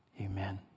amen